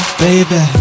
baby